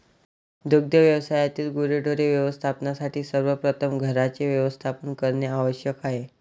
दुग्ध व्यवसायातील गुरेढोरे व्यवस्थापनासाठी सर्वप्रथम घरांचे व्यवस्थापन करणे आवश्यक आहे